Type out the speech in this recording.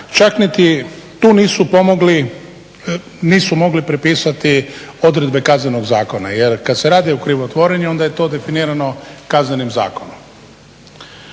Čak niti tu nisu mogli prepisati odredbe Kaznenog zakona. Jer kad se radi o krivotvorenju onda je to definirano Kaznenim zakonom.